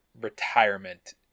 retirement